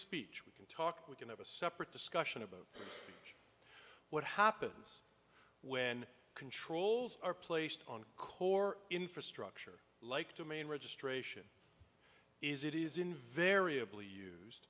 speech we can talk we can have a separate discussion about what happens when controls are placed on core infrastructure like to main registration is it is invariably used